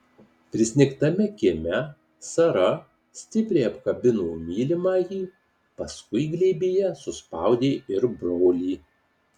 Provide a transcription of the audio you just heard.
prisnigtame kieme sara stipriai apkabino mylimąjį paskui glėbyje suspaudė ir brolį